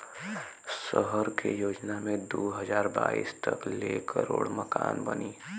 सहर के योजना मे दू हज़ार बाईस तक ले करोड़ मकान बनी